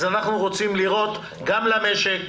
אנחנו רוצים לראות גם למשק,